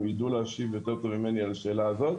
והם ידעו להשיב יותר טוב ממני על השאלה הזאת.